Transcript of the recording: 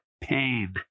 Pain